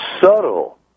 subtle